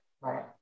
right